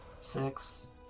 Six